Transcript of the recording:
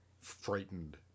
frightened